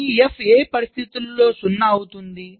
ఈ F ఏ పరిస్థితిలో 0 అవుతుంది